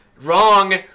Wrong